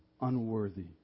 unworthy